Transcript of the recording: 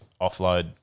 offload